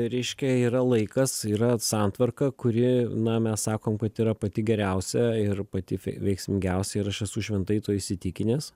reiškia yra laikas yra santvarka kuri na mes sakom kad yra pati geriausia ir pati veiksmingiausia ir aš esu šventai tuo įsitikinęs